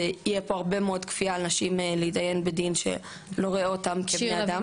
יהיה פה הרבה מאוד כפייה על נשים להתדיין בדין שלא רואה אותן כבני אדם.